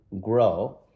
grow